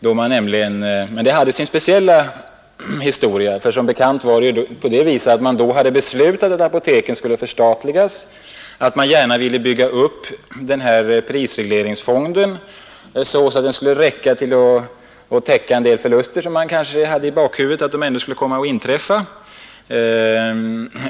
Dessa höjningar hade emellertid sin speciella historia. Som bekant hade man då beslutat att apoteken skulle förstatligas, och man ville bygga upp prisregleringsfonden, så att den skulle räcka till för att täcka en del förluster som man kanske ändå innerst inne fruktade skulle komma att inträffa.